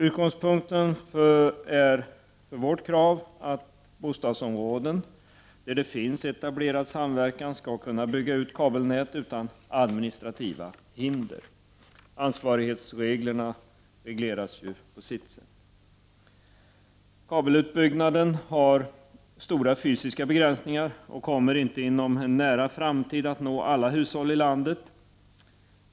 Utgångspunkten för vårt krav är att bostadsområden där det finns etablerad samver kan skall kunna bygga ut kabelnät utan administrativa hinder. Ansvarighetsreglerna utformas på sitt sätt. Kabelutbyggnaden har stora fysiska begränsningar och kommer inte inom en nära framtid att nå alla hushåll i landet.